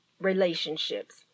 relationships